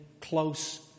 close